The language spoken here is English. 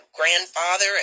grandfather